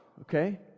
okay